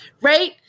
Right